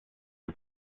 der